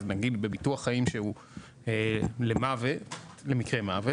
אז נניח בביטוח חיים למקרה מוות